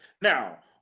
Now